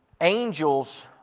Angels